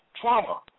trauma